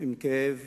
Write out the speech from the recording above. עם הכאב